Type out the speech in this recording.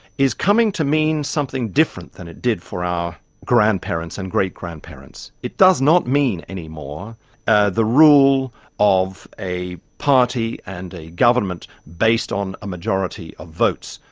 is coming to mean something different than it did for our grandparents and great-grandparents. it does not mean any more ah the rule of a party and a government based on a majority of the votes,